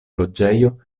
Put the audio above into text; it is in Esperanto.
loĝejo